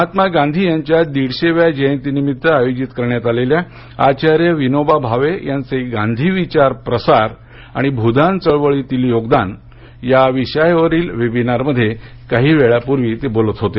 महात्मा गांधी यांच्या दीडशेव्या जयंतीनिमित्त आयोजित करण्यात आलेल्या आचार्य विनोबा भावे यांचे गांधी विचार प्रसार आणि भूदान चळवळीतील योगदान या विषयावरील वेबिनारमध्ये काही वेळापूर्वी ते बोलत होते